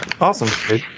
Awesome